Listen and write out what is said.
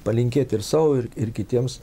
palinkėt ir sau ir ir kitiems